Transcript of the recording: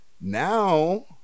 now